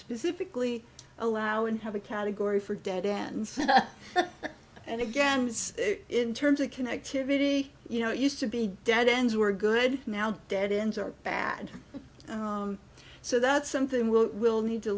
specifically allow and have a category for dead ends and again in terms of connectivity you know it used to be dead ends were good now dead ends are bad so that's something we'll need to